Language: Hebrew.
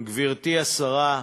גברתי השרה,